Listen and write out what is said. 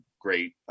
great